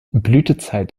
blütezeit